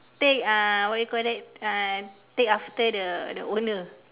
take uh what you call that uh take after the the owner